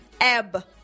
Ab